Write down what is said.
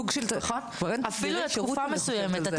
אפילו לתקופה מסוימת.